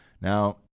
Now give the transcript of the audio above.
Now